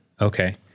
Okay